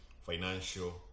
financial